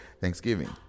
Thanksgiving